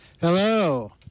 Hello